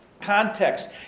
context